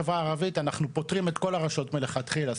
בחברה הערבית אנחנו פוטרים את כל הרשויות מלכתחילה,